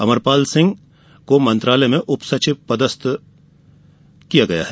श्री सिंह को मंत्रालय में उप सचिव पदस्थ किया गया है